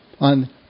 on